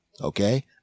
Okay